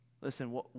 Listen